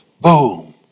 boom